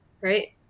right